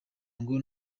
ngo